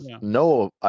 no